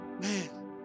man